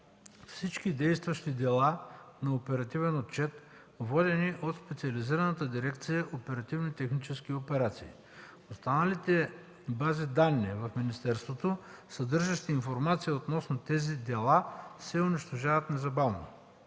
всички действащи дела на оперативен отчет, водени от специализираната дирекция „Оперативни технически операции”. Останалите бази данни в министерството, съдържащи информация относно тези дела, се унищожават незабавно.